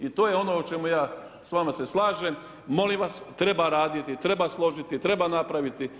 I to je ono o čemu ja se s vama slažem, molim vas treba raditi, treba složiti, treba napraviti.